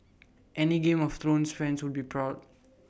any game of thrones fans would be proud